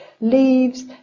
leaves